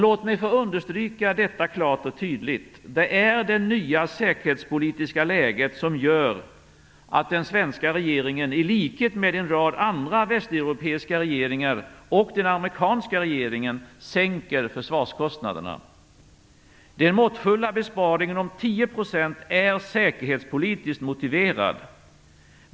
Låt mig få understryka detta klart och tydligt: Det är det nya säkerhetspolitiska läget som gör att den svenska regeringen, i likhet med en rad andra västeuropeiska regeringar och den amerikanska regeringen, sänker försvarskostnaderna. Den måttfulla besparingen om 10 % är säkerhetspolitiskt motiverad.